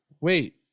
wait